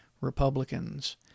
Republicans